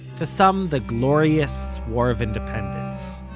to some, the glorious war of independence,